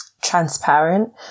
transparent